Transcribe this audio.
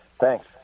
Thanks